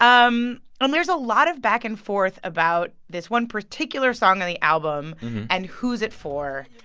um and there's a lot of back and forth about this one particular song on the album and who's it for.